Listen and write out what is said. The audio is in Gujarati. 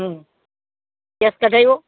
કેસ કઢાવ્યો